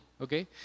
Okay